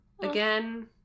Again